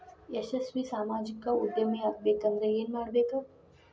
ಯಶಸ್ವಿ ಸಾಮಾಜಿಕ ಉದ್ಯಮಿಯಾಗಬೇಕಂದ್ರ ಏನ್ ಮಾಡ್ಬೇಕ